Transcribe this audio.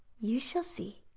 you shall see!